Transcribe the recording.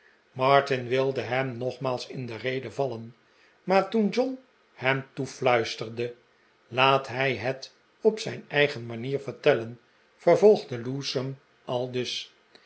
martin wilde hem nogmaals in de rede vallen maar toen john hem toefluisterde laat hij net op zijn eigen manier vertellen vervolgde lewsome aldus